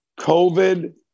COVID